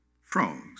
frogs